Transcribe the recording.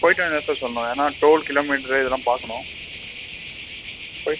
போய்விட்டு வந்து தான் சார் சொல்லணும் ஏன்னால் டோல் கிலோமீட்டரு இதெல்லாம் பார்க்கணும் போய்